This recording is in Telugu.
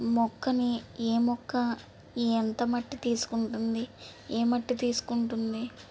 మొక్కని ఏ మొక్క ఎంత మట్టి తీసుకుంటుంది ఏమట్టి తీసుకుంటుంది